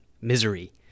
Misery